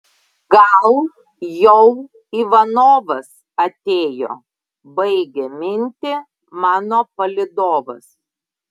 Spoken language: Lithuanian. gal jau ivanovas atėjo baigia mintį mano palydovas